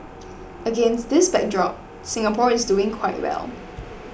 against this backdrop Singapore is doing quite well